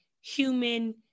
human